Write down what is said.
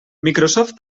microsoft